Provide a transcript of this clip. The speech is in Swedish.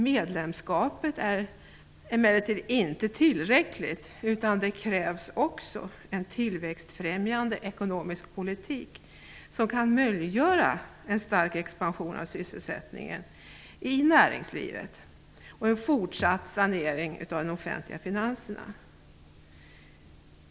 Medlemskapet är emellertid inte tillräckligt, utan det krävs också en tillväxtfrämjande ekonomisk politik som kan möjliggöra en stark expansion av sysselsättningen i näringslivet och en fortsatt sanering av de offentliga finanserna.